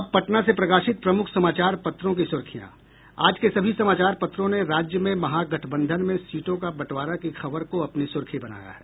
अब पटना से प्रकाशित प्रमुख समाचार पत्रों की सुर्खियां आज के सभी समाचार पत्रों ने राज्य में महागठबंधन में सीटों का बंटवारा की खबर को अपनी सुर्खी बनाया है